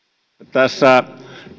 tässä